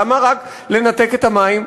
למה רק לנתק את המים?